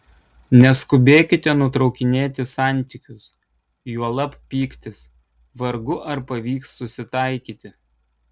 neskubėkite nutraukinėti santykius juolab pyktis vargu ar pavyks susitaikyti